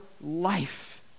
life